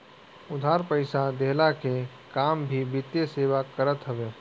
उधार पईसा देहला के काम भी वित्तीय सेवा करत हवे